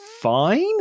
fine